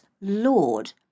Lord